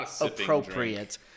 appropriate